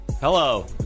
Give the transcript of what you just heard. Hello